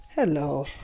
Hello